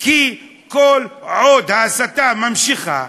כי כל עוד ההסתה ממשיכה,